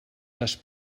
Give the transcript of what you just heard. les